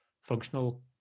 functional